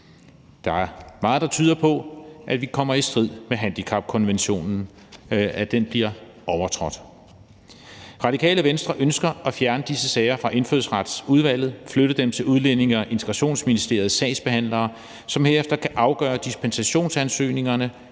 Der er meget, der tyder på, at vi kommer i strid med handicapkonventionen, og at den bliver overtrådt. Radikale Venstre ønsker at fjerne disse sager fra Indfødsretsudvalget og flytte dem til Udlændinge- og Integrationsministeriets sagsbehandlere, som herefter kan afgøre dispensationsansøgningerne